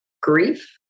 grief